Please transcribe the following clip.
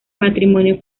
matrimonio